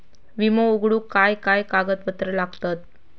विमो उघडूक काय काय कागदपत्र लागतत?